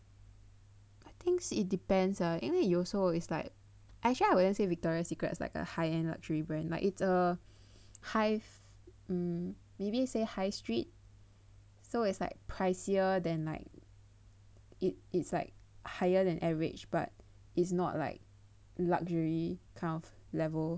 I think it depends ah 因为有时候 is like I actually I wouldn't say Victoria Secrets is like a high end luxury brand like it's a high um maybe say high street so it's like pricier than like it it's like higher than average but it's not like luxury kind of level